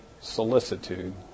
solicitude